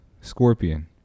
Scorpion